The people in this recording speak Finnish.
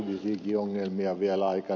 sitten se mitä ed